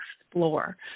explore